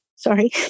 Sorry